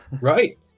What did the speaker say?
right